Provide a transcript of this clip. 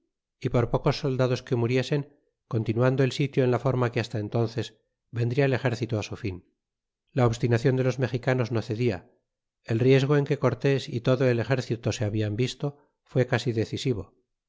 y por pocos soldados que muriesen continuando el sitio en la forma que hasta entónces vendria el ejército su fin la obstinacion de los mejicanos no cedia el riesgo en que cortés y todo el ejercito se hablan visto fué casi decisivo